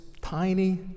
tiny